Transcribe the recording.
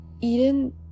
Eden